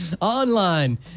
Online